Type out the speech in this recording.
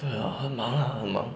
对 ah 很忙 ah 很忙